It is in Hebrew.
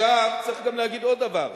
צריך גם להגיד עוד דבר.